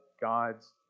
God's